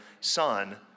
son